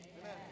Amen